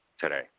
today